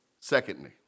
secondly